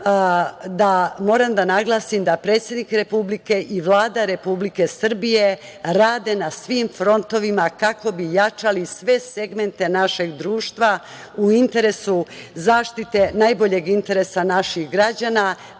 mah, moram da naglasim da predsednik Republike i Vlada Republike Srbije rade na svim frontovima kako bi jačali sve segmente našeg društva u interesu zaštite najboljeg interesa naših građana,